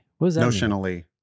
Notionally